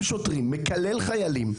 שוטרים בכל מוקד עימות ומקלל חיילים,